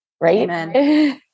right